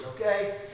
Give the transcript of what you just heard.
okay